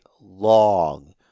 long